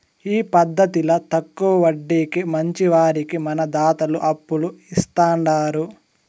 ఈ పద్దతిల తక్కవ వడ్డీకి మంచివారికి మన దాతలు అప్పులు ఇస్తాండారు